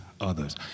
others